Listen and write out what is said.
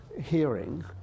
hearing